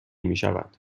میشود